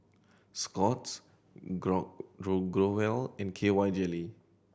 Scott's Grow Grow Growell and K Y Jelly